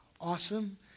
Awesome